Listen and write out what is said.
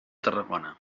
tarragona